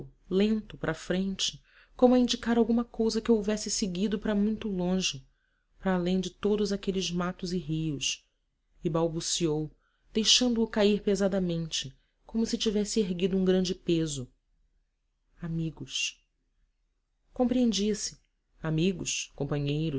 lento para a frente como a indicar alguma coisa que houvesse seguido para muito longe para além de todos aqueles matos e rios e balbuciou deixando-o cair pesadamente como se tivesse erguido um grande peso amigos compreendia se amigos companheiros